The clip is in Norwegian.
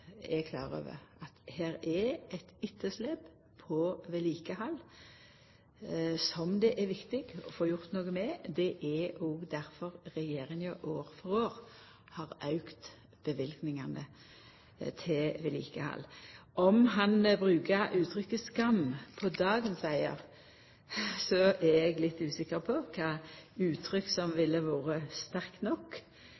eg er klar over at her er det eit etterslep på vedlikehald som det er viktig å få gjort noko med. Det er òg difor Regjeringa år for år har auka løyvingane til vedlikehald. Om Lundteigen brukte uttrykket «skam» om dagens vegar, er eg litt usikker på kva uttrykk som